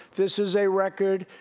this is a record.